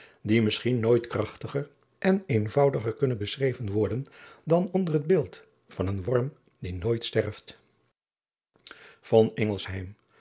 die misschien nooit krachtiger en eenvoudiger kunnen beschreven worden dan onder het beeld van een worm die nooit sterft driaan oosjes zn